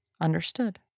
understood